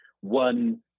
one